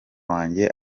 wanjye